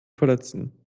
verletzen